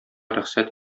рөхсәт